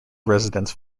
residents